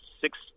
six-